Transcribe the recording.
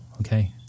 okay